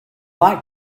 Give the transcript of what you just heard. like